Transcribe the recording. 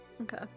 Okay